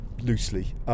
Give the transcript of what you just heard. loosely